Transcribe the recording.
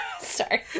Sorry